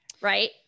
right